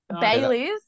Bailey's